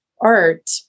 art